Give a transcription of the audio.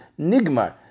Nigmar